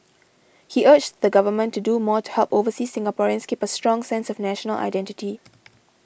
he urged the Government to do more to help overseas Singaporeans keep a strong sense of national identity